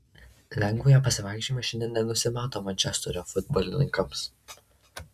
lengvo pasivaikščiojimo šiandien nenusimato mančesterio futbolininkams